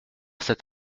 cet